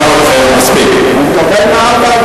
תודה.